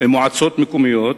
למועצות מקומיות,